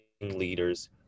leaders